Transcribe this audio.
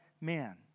man